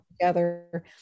together